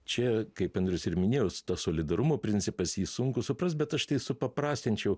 čia kaip andrius ir minėjo stas solidarumo principas jį sunku suprast bet aš tai supaprastinčiau